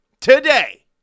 today